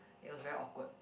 it was very awkward